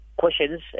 questions